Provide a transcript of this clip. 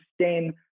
sustain